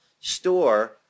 store